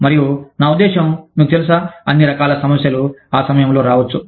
మరియు నా ఉద్దేశ్యం మీకు తెలుసా అన్ని రకాల సమస్యలు ఆ సమయంలో రావచ్చు